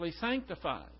sanctified